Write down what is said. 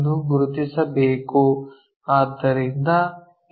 ಎಂದು ಗುರುತಿಸಬೇಕು